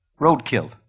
Roadkill